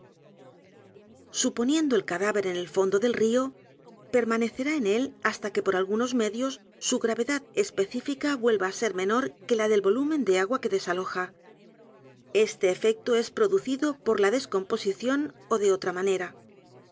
suponiendo el cadáver en el fondo del río permanecerá en él hasta que por algunos medios su gravedad específica vuelva á ser menor que la del volumen de a g u a que desaloja este efecto es producido por la descomposición ó de otra